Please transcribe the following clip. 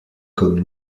comme